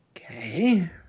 Okay